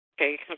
Okay